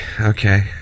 Okay